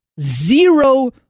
zero